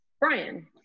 Brian